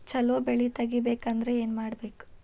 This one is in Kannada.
ಛಲೋ ಬೆಳಿ ತೆಗೇಬೇಕ ಅಂದ್ರ ಏನು ಮಾಡ್ಬೇಕ್?